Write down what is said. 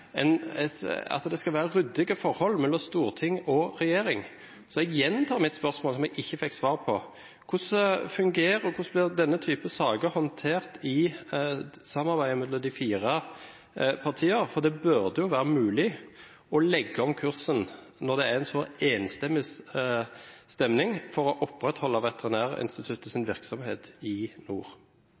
ryddige forhold mellom storting og regjering, derfor gjentar jeg mitt spørsmål som jeg ikke fikk svar på: Hvordan fungerer det, hvordan blir denne typen saker håndtert i samarbeidet mellom de fire partiene? For det burde være mulig å legge om kursen når det er en så enstemmig stemning for å opprettholde Veterinærinstituttets virksomhet i nord.